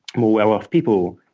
more well off people,